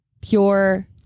pure